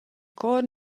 chor